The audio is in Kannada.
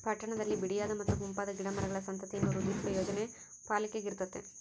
ಪಟ್ಟಣದಲ್ಲಿ ಬಿಡಿಯಾದ ಮತ್ತು ಗುಂಪಾದ ಗಿಡ ಮರಗಳ ಸಂತತಿಯನ್ನು ವೃದ್ಧಿಸುವ ಯೋಜನೆ ಪಾಲಿಕೆಗಿರ್ತತೆ